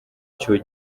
icyo